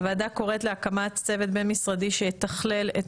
הוועדה קוראת להקמת צוות בין משרדי שיתכלל את